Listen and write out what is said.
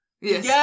Yes